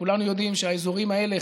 וכולנו יודעים שהאזורים האלה,